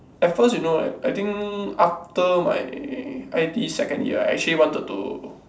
at first you know right I think after my I_T_E second year I actually wanted to